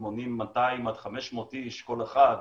שמונים 200 500 איש כל אחד,